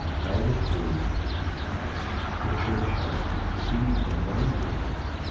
ah tell the truth as the church has perceived and learned the truth,